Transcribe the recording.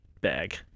bag